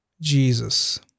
Jesus